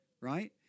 right